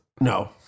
No